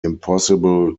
impossible